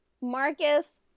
Marcus